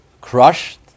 crushed